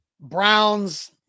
Browns